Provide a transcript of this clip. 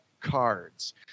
cards